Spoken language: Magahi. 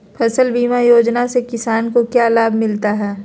फसल बीमा योजना से किसान को क्या लाभ मिलता है?